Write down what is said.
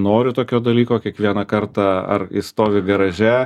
noriu tokio dalyko kiekvieną kartą ar jis stovi garaže